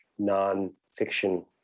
nonfiction